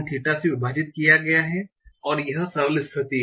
theta से विभाजित किया है यह सरल स्थिति है